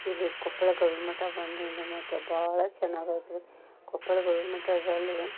ಇಲ್ಲಿ ಕೊಪ್ಪಳ ಗವಿಮಠ ಬಂದ್ವೀಂದ್ರೆ ಮಾತ್ರ ಭಾಳ ಚೆನ್ನಾಗಾದ್ವಿ ಕೊಪ್ಪಳ ಗವಿಮಠದಲ್ಲಿ